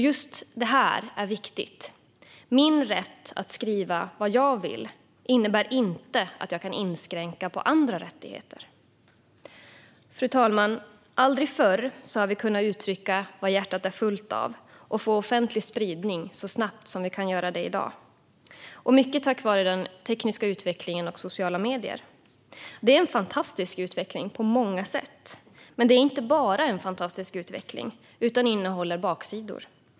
Just detta är viktigt: Min rätt att skriva vad jag vill innebär inte att jag kan inskränka andra rättigheter. Fru talman! Aldrig förr har vi kunnat uttrycka vad hjärtat är fullt av och få offentlig spridning så snabbt som vi kan göra det i dag, mycket tack vare den tekniska utvecklingen och sociala medier. Det är en fantastisk utveckling på många sätt, men det är inte bara en fantastisk utveckling. Den innehåller även baksidor.